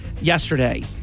yesterday